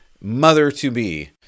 mother-to-be